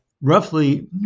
roughly